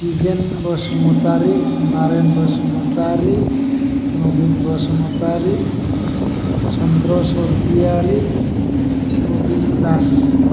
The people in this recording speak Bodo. दिजेन बसुमातारि नारेन बसुमातारि नबिन बसुमातारि सनद्र सरगियारि प्रबिन दास